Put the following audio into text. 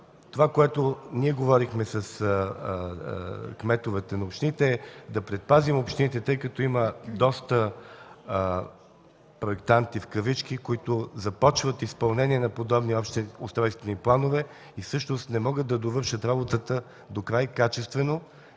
Това, което ние говорихме с кметовете на общините, е да предпазим общините, тъй като има доста проектанти в кавички, които започват изпълнение на подобни общи устройствени планове, но всъщност не могат да довършат докрай работата качествено,